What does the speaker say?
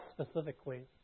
specifically